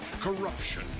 corruption